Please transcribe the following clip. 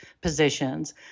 positions